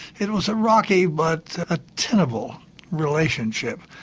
it was a rocky but a tenable relationship.